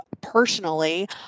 personally